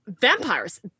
Vampires